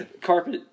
Carpet